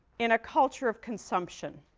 in a culture of consumption.